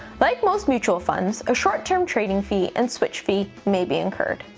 like most mutual funds, a short-term trading fee and switch fee may be incurred.